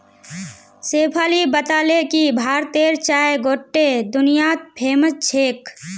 शेफाली बताले कि भारतेर चाय गोट्टे दुनियात फेमस छेक